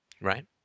right